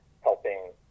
helping